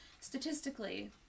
Statistically